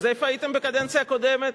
אז איפה הייתם בקדנציה הקודמת?